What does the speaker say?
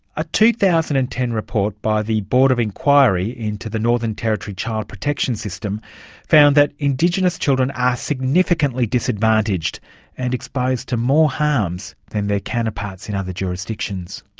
a two thousand and ten report by the board of inquiry into the northern territory child protection system found that indigenous children are significantly disadvantaged and exposed to more harms than their counterparts in other jurisdictions.